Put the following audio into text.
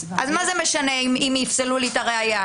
מה זה משנה אם יפסלו לי את הראיה?